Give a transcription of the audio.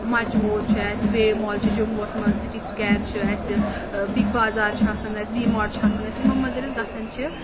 much مور چھِ اَسہِ ویو مال چھِ جموٗوَس منٛز سِٹی سُکیر چھُ اَسہِ بِگ بازار چھِ آسان اَسہِ وی ماٹ چھِ آسان اَسہِ یِمو منٛز ییٚلہِ أسۍ گژھان چھِ